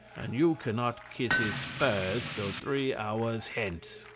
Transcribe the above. and you cannot kiss his spurs till three hours hence.